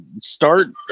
start